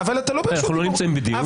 אנחנו לא נמצאים בדיון?